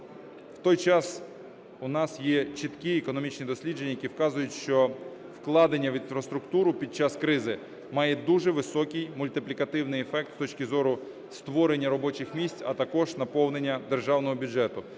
В той час, у нас є чіткі економічні дослідження, які вказують, що вкладення в інфраструктуру під час кризи має дуже високий мультиплікативний ефект з точки зору створення робочих місць, а також наповнення державного бюджету.